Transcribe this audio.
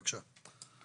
בבקשה.